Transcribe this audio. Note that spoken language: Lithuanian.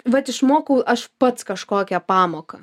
vat išmokau aš pats kažkokią pamoką